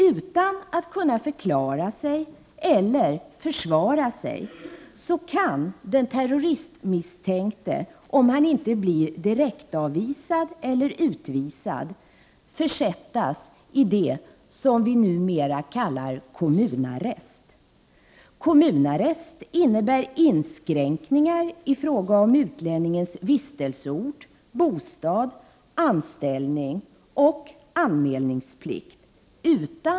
Utan att kunna förklara sig eller försvara sig kan den terroristmisstänkte, om han inte blir direktavvisad eller utvisad, försättas i det som vi numera kallar kommunarrest. Kommunarrest innebär inskränkningar utan tidsbestämning i fråga om utlänningens vistelseort, bostad, anställning och anmälningsplikt.